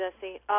jesse